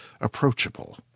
approachable